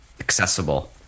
accessible